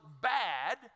bad